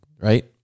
right